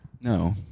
No